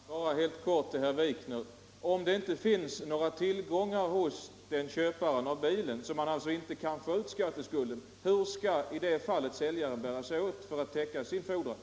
Herr talman! Bara helt kortfattat till herr Wikner. Torsdagen den Om det inte finns några tillgångar hos köparen av bilen, och man 22 maj 1975 alltså inte kan ta ut skatteskulden av honom, hur skall säljaren i det